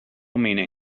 meaning